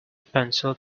pencil